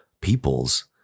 peoples